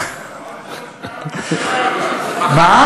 אבל עוד לא הוצגה ממשלה.